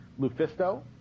Lufisto